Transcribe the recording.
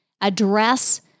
address